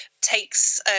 takes